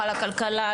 על הכלכלה,